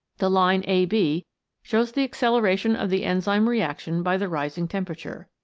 the line ab shows the acceleration of the enzyme reaction by the rising temperature.